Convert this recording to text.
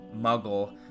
Muggle